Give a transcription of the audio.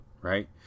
right